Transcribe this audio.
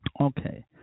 Okay